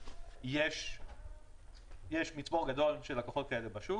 יש מצבור גדול של לקוחות כאלה בשוק.